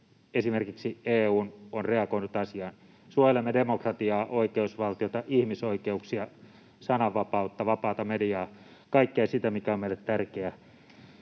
esimerkiksi EU on reagoinut asiaan. Suojelemme demokratiaa, oikeusvaltiota, ihmisoikeuksia, sananvapautta, vapaata mediaa — kaikkea sitä, mikä on meille tärkeää.